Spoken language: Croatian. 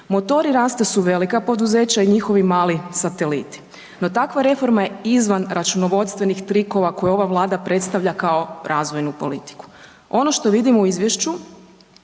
Motori rasta su velika poduzeća i njihovi mali sateliti, no takva reforma je izvan računovodstvenih trikova koje ova Vlada predstavlja kao razvojnu politiku. Ono što vidimo u izvješću